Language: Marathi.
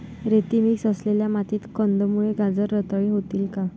रेती मिक्स असलेल्या मातीत कंदमुळे, गाजर रताळी होतील का?